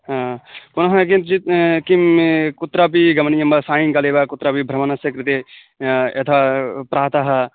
हा पुनः किञ्चित् किं कुत्रापि गमनीयं वा सायंकाले वा कुत्रापि भ्रमणस्य कृते यथा प्रातः